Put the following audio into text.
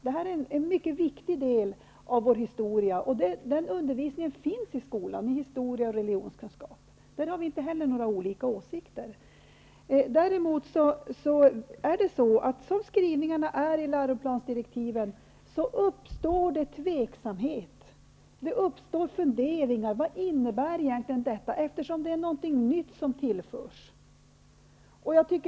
Det är en viktig del av vår historia. Den undervisningen ges i skolan i historie och religionskunskapen. Där har vi inte heller några skilda åsikter. Såsom skrivningarna är utformade i läroplansdirektiven uppstår det tvivel och funderingar om vad det hela innebär. Det är ju något nytt som tillförs.